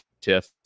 tiff